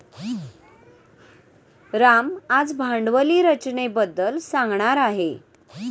राम आज भांडवली रचनेबद्दल सांगणार आहे